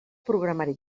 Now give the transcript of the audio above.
programari